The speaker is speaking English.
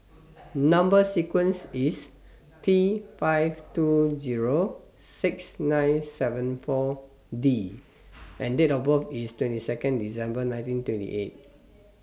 Number sequence IS T five two Zero six nine seven four D and Date of birth IS twenty Second December nineteen twenty eight